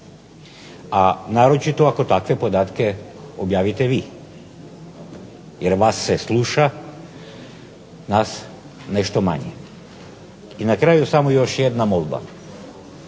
A naročito ako takve podatke objavite vi, jer vas se sluša i nas nešto manje. I na kraju još samo jedna molba.